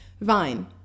Vine